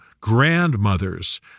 grandmothers